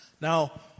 Now